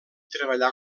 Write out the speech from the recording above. treballà